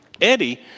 Eddie